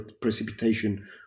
precipitation